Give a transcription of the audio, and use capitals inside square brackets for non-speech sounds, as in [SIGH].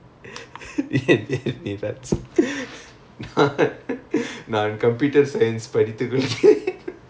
[LAUGHS] niraj [LAUGHS] நான்:naan computer science படித்துக்கொண்டு:paditthukkondu [LAUGHS]